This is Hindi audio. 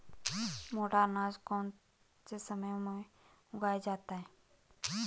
मोटा अनाज कौन से समय में उगाया जाता है?